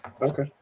Okay